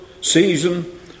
season